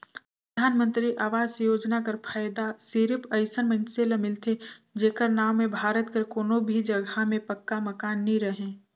परधानमंतरी आवास योजना कर फएदा सिरिप अइसन मइनसे ल मिलथे जेकर नांव में भारत कर कोनो भी जगहा में पक्का मकान नी रहें